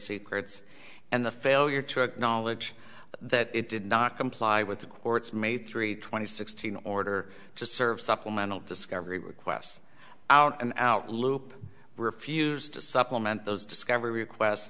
secrets and the failure to acknowledge that it did not comply with the court's made three twenty sixteen order to serve supplemental discovery requests out and out loop refused to supplement those discovery request